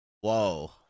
Whoa